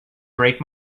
break